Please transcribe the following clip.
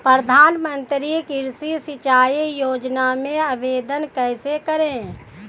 प्रधानमंत्री कृषि सिंचाई योजना में आवेदन कैसे करें?